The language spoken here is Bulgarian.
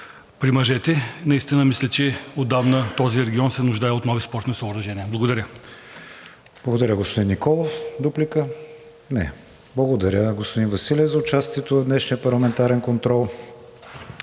при мъжете. Наистина мисля, че отдавна този регион се нуждае от нови спортни съоръжения. Благодаря. ПРЕДСЕДАТЕЛ КРИСТИАН ВИГЕНИН: Благодаря, господин Николов. Дуплика? Не. Благодаря, господин Василев, за участието в днешния парламентарен контрол.